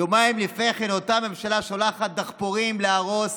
יומיים לפני כן, אותה ממשלה שולחת דחפורים להרוס